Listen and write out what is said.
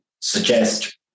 suggest